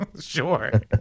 sure